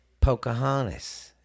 Pocahontas